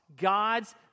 God's